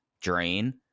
drain